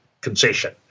concession